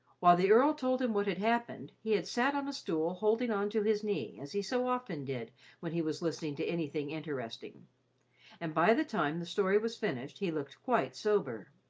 while the earl told him what had happened, he had sat on a stool holding on to his knee, as he so often did when he was listening to anything interesting and by the time the story was finished he looked quite sober.